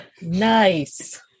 Nice